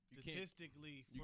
statistically